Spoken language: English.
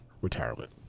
retirement